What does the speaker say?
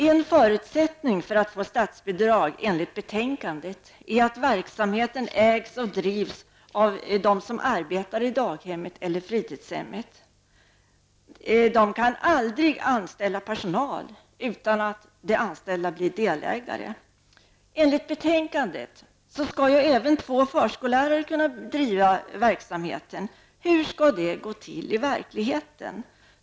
En förutsättning för att få statsbidrag enligt betänkandet är att verksamheten ägs och drivs av dem som arbetar i daghemmet eller fritidshemmet. De kan aldrig anställa personal utan att de anställda blir delägare. Enligt betänkandet skall även två förskolelärare kunna driva verksamheten. Hur skall det gå till i verkligheten?